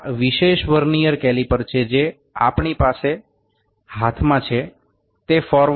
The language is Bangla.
আমাদের হাতে এই ভার্নিয়ার ক্যালিপারটি রয়েছে এটি হল সামনের দিকের ভার্নিয়ার